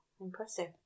Impressive